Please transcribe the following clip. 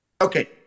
Okay